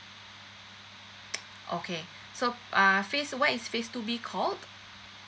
okay so uh phase what is phase two B called